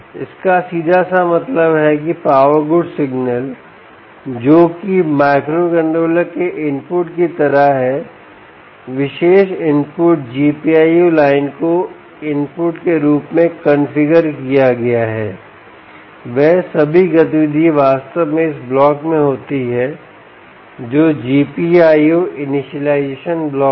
इसका सीधा सा मतलब है कि पावर गुड सिग्नल जो कि माइक्रोकंट्रोलर के इनपुट की तरह है विशेष इनपुट GPIO लाइन को इनपुट के रूप में कॉन्फ़िगर किया गया है वह सभी गतिविधि वास्तव में इस ब्लॉक में होती है जो GPIO इनिशियलाइजेशन ब्लॉक है